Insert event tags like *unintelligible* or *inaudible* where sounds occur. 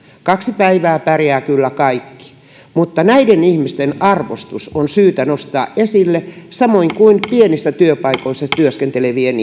kaksi päivää pärjäävät kyllä kaikki mutta näiden ihmisten arvostus on syytä nostaa esille samoin kuin pienissä työpaikoissa työskentelevien *unintelligible*